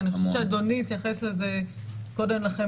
אני חושבת שאדוני התייחס לזה קודם לכן